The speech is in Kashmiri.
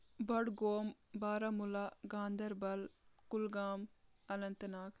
بڈگوم بارہمولہ گاندَربَل کُلگام اننت ناگ